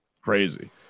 Crazy